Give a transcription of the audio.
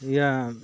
ᱤᱭᱟᱹ